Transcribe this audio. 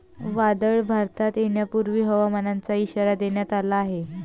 वादळ भारतात येण्यापूर्वी हवामानाचा इशारा देण्यात आला आहे